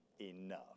enough